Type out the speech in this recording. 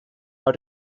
how